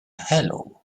hello